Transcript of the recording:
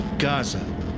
Gaza